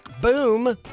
boom